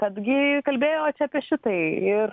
kad gi kalbėjo čia apie šitai ir